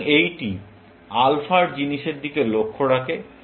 সুতরাং এইটি আলফার জিনিসের দিকে লক্ষ্য রাখে